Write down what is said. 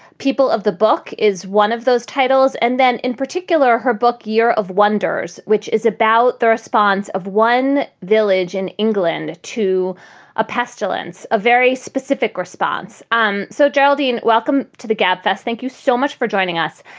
people of the book is one of those titles. and then in particular, her book, year of wonders, which is about the response of one village in england to a pestilence, a very specific response um so, geraldine, welcome to the gab fest. thank you so much for joining us.